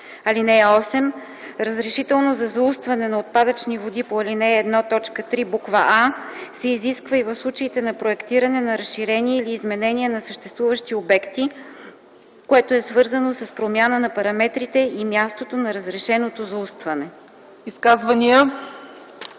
т. 3. (8) Разрешително за заустване на отпадъчни води по ал. 1, т. 3, буква „а” се изисква и в случаите на проектиране на разширение или изменение на съществуващи обекти, което е свързано с промяна на параметрите и мястото на разрешеното заустване.”